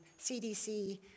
CDC